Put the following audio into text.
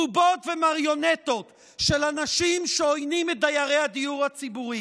בובות ומריונטות של אנשים שעוינים את דיירי הדיור הציבורי.